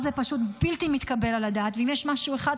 חכמים.